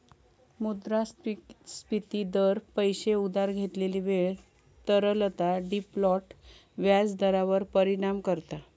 मुद्रास्फिती दर, पैशे उधार घेतलेली वेळ, तरलता, डिफॉल्ट व्याज दरांवर परिणाम करता